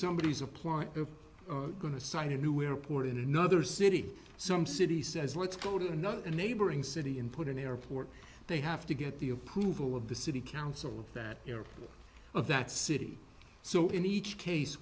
somebody is applying or going to sign a new airport in another city some city says let's go to another neighboring city and put an airport they have to get the approval of the city council that you know of that city so in each case